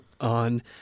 on